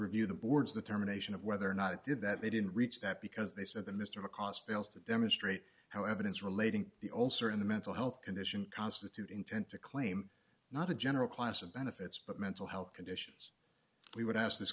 review the boards the terminations of whether or not it did that they didn't reach that because they said the mr mccance fails to demonstrate how evidence relating to the old surge in the mental health condition constitute intent to claim not a general class of benefits but mental health conditions we would ask this